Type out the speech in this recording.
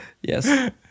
yes